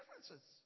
differences